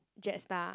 JetStar